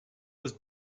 was